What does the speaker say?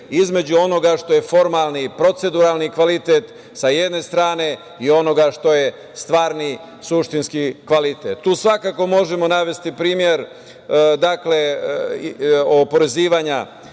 između onoga što je formalni i proceduralni kvalitet sa jedne strane i onoga što je stvarni suštinski kvalitet. Tu svakako možemo navesti primer oporezivanja